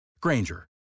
Granger